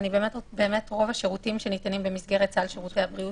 רוב השירותים שניתנים במסגרת סל שירותי הבריאות